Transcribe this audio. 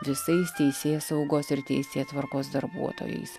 visais teisėsaugos ir teisėtvarkos darbuotojais